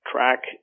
track